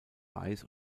weiß